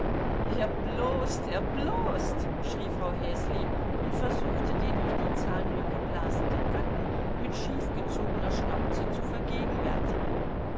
er blost er blost schrie frau häsli und versuchte den durch die zahnlücke blasenden gatten mit schief gezogener schnauze zu vergegenwärtigen